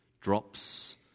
drops